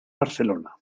barcelona